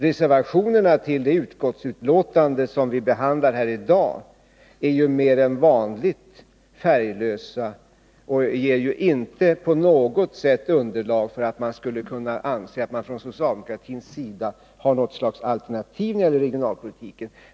Reservationerna vid det utskottsbetänkande som vi nu behandlar är ju mer än vanligt färglösa och ger inte på något sätt underlag för uppfattningen att socialdemokraterna skulle ha något slags alternativ när det gäller regionalpolitiken.